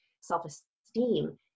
self-esteem